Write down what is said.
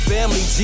Family